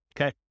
okay